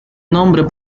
nombre